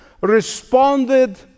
responded